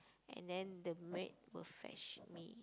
and then the maid will fetch me